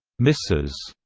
mrs.